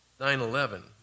9-11